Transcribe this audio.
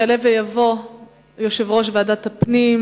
יעלה ויבוא יושב-ראש ועדת הפנים.